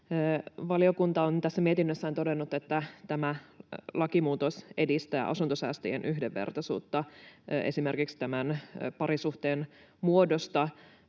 Valiokunta on mietinnössään todennut, että tämä lakimuutos edistää asuntosäästäjien yhdenvertaisuutta. Esimerkiksi parisuhteen muodosta